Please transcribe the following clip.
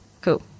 Cool